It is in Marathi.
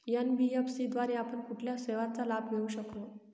एन.बी.एफ.सी द्वारे आपण कुठल्या सेवांचा लाभ घेऊ शकतो?